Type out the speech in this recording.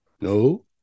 No